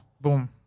Boom